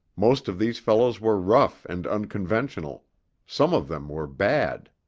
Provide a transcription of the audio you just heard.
most of these fellows were rough and unconventional some of them were bad.